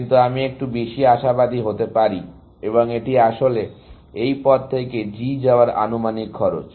কিন্তু আমি একটু বেশি আশাবাদী হতে পারি এবং এটি আসলে এই পথ থেকে G যাওয়ার আনুমানিক খরচ